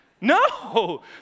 No